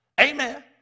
Amen